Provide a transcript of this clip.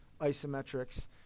isometrics